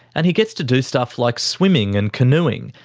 and he gets to do stuff like swimming and canoeing,